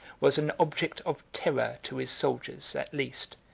was an object of terror to his soldiers, at least,